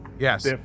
Yes